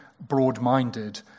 broad-minded